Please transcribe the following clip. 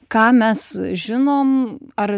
ką mes žinom ar